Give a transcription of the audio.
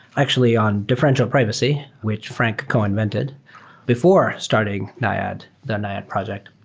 actually on differential privacy, which frank co-invented before starting naiad, the naiad project.